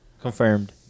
Confirmed